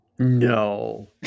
no